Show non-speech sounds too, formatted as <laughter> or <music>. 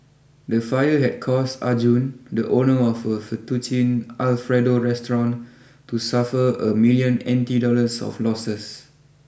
the fire had caused Arjun the owner of a Fettuccine Alfredo restaurant <noise> to suffer a million N T dollars of losses